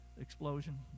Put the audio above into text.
explosion